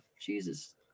Jesus